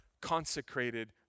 consecrated